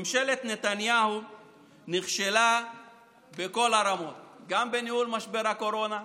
ממשלת נתניהו נכשלה בכל הרמות: גם בניהול משבר הקורונה,